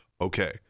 okay